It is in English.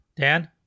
Dan